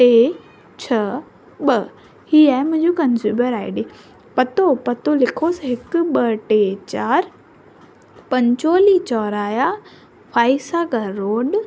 टे छह ॿ हीअ आहे मुंहिंजो कंज़यूमर आई डी पतो पतो लिखोस हिकु ॿ टे चारि पंचोली चोराहा फाईसागर रोड